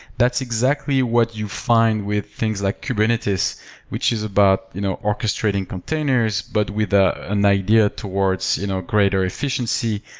that's exactly what you find with things like kubernetes which is about you know orchestrating containers but with ah an idea towards you know greater efficiency,